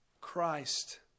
Christ